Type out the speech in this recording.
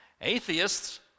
Atheists